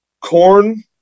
corn